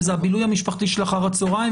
וזה הבילוי המשפחתי של אחר-הצוהריים,